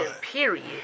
Period